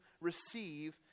receive